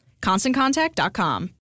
ConstantContact.com